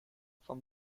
from